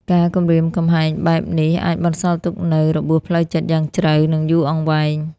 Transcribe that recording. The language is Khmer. ការគំរាមកំហែងបែបនេះអាចបន្សល់ទុកនូវរបួសផ្លូវចិត្តយ៉ាងជ្រៅ និងយូរអង្វែង។